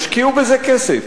השקיעו בזה כסף.